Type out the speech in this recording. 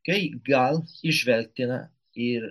kai gal įžvelgtina ir